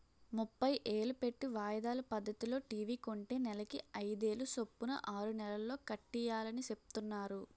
ముప్పై ఏలు పెట్టి వాయిదాల పద్దతిలో టీ.వి కొంటే నెలకి అయిదేలు సొప్పున ఆరు నెలల్లో కట్టియాలని సెప్తున్నారు